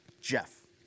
Jeff